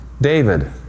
David